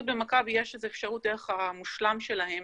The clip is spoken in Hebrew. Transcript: פשוט במכבי יש אפשרות דרך המושלם שלהם